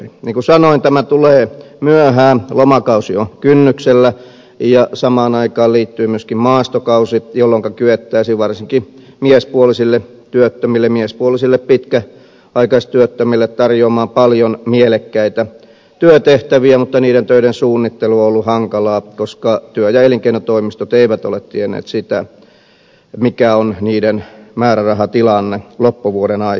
niin kuin sanoin tämä tulee myöhään lomakausi on kynnyksellä ja samaan aikaan liittyy myöskin maastokausi jolloinka kyettäisiin varsinkin miespuolisille työttömille miespuolisille pitkäaikaistyöttömille tarjoamaan paljon mielekkäitä työtehtäviä mutta niiden töiden suunnittelu on ollut hankalaa koska työ ja elinkeinotoimistot eivät ole tienneet sitä mikä on niiden määrärahatilanne loppuvuoden aikana